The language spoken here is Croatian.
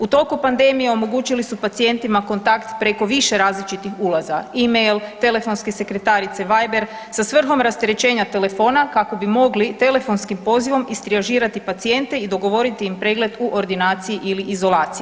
U toku pandemije omogućili su pacijentima kontakt preko više različitih ulaza, e-mail, telefonske sekretarice, Viber, sa svrhom rasterećenja telefona kako bi mogli telefonskim pozivom istrijažirati pacijente i dogovoriti im pregled u ordinaciji ili izolaciji.